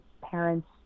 parents